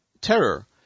terror